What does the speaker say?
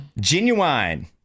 Genuine